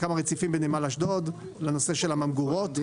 כמה רציפים בנמל אשדוד לנושא של הממגורות,